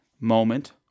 moment